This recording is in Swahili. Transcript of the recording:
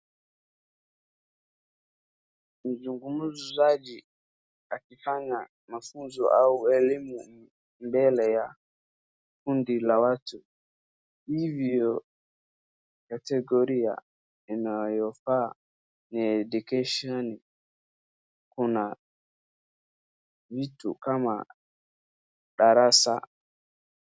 Mzungumzaji akifanya mafuzo au elim mbele ya kundi la watu hivyo kategoria inayofaa ni education kuna vitu kama darasa.